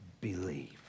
believe